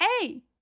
hey